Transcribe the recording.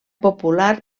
popular